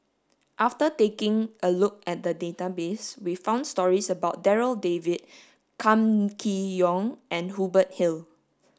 after taking a look at the database we found stories about Darryl David Kam Kee Yong and Hubert Hill